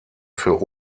für